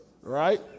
Right